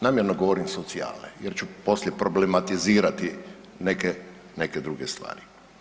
Namjerno govorim socijale jer ću poslije problematizirati neke, neke druge stvari.